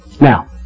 Now